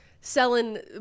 Selling